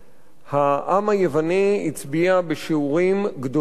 העם היווני הצביע בשיעורים גדולים מאוד